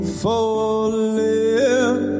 falling